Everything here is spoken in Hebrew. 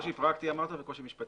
אמרת קושי פרקטי וקושי משפטי.